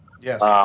Yes